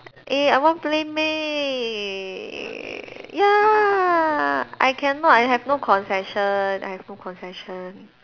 eh I want PlayMade ya I cannot I have no concession I have no concession